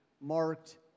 marked